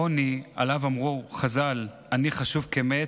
העוני, שעליו אמרו חז"ל "עני חשוב כמת",